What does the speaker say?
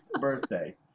birthday